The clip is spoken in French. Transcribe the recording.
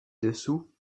dessous